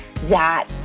dot